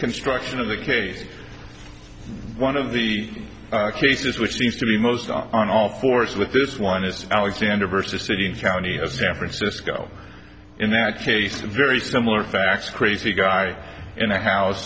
construction of the case one of the cases which seems to be most on all fours with this one it's alexander versus city and county of san francisco in that case a very similar fact a crazy guy in a house